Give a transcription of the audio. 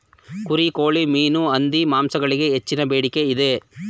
ಕುರಿ, ಕೋಳಿ, ಮೀನು, ಹಂದಿ ಮಾಂಸಗಳಿಗೆ ಹೆಚ್ಚಿನ ಬೇಡಿಕೆ ಇದೆ